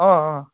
অঁ অঁ